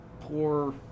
poor